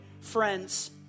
friends